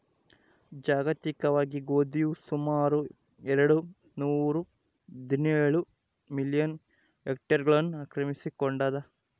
ಜಾಗತಿಕವಾಗಿ ಗೋಧಿಯು ಸುಮಾರು ಎರೆಡು ನೂರಾಹದಿನೇಳು ಮಿಲಿಯನ್ ಹೆಕ್ಟೇರ್ಗಳನ್ನು ಆಕ್ರಮಿಸಿಕೊಂಡಾದ